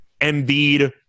Embiid